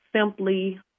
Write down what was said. simply